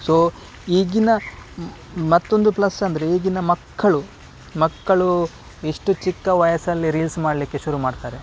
so ಈಗಿನ ಮ ಮತ್ತೊಂದು ಪ್ಲಸ್ ಅಂದರೆ ಈಗಿನ ಮಕ್ಕಳು ಮಕ್ಕಳು ಎಷ್ಟು ಚಿಕ್ಕ ವಯಸ್ನಲ್ಲಿ ರೀಲ್ಸ್ ಮಾಡಲಿಕ್ಕೆ ಶುರು ಮಾಡ್ತಾರೆ